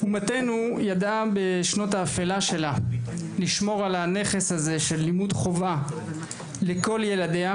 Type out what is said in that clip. אומתנו ידעה בשנות האפלה שלה לשמור על הנכס זה של לימוד חובה לכל ילדיה.